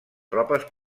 tropes